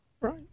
right